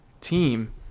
team